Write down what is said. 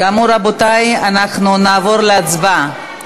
כאמור, רבותי, נעבור להצבעה.